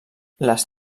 les